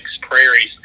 prairies